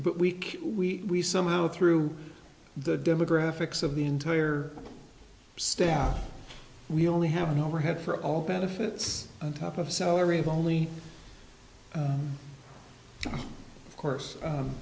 but week we somehow through the demographics of the entire staff we only have an overhead for all benefits on top of salary of only course